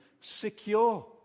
secure